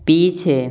पीछे